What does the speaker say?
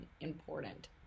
important